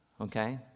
Okay